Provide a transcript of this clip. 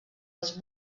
els